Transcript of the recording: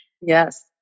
Yes